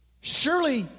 Surely